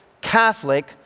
Catholic